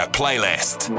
playlist